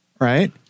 right